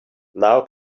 now